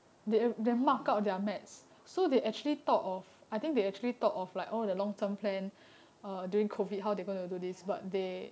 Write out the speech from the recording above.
oh ya